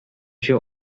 się